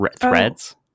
Threads